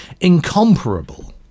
incomparable